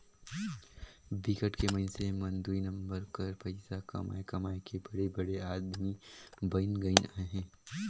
बिकट के मइनसे मन दुई नंबर कर पइसा कमाए कमाए के बड़े बड़े आदमी बइन गइन अहें